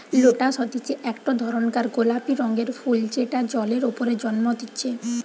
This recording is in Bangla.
লোটাস হতিছে একটো ধরণকার গোলাপি রঙের ফুল যেটা জলের ওপরে জন্মতিচ্ছে